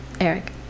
Eric